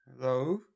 Hello